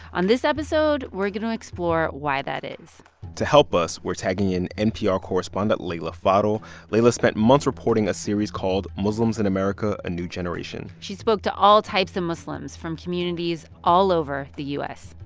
on this episode, we're going to explore why that is to help us, we're tagging in npr correspondent leila fadel. leila spent months reporting a series called muslims in america a new generation she spoke to all types of muslims from communities all over the u s